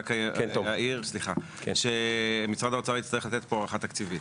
רק אעיר שמשרד האוצר יצטרך לתת פה הערכה תקציבית,